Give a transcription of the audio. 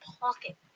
Pocket